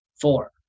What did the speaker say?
Four